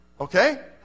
Okay